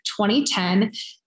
2010